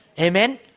Amen